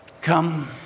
come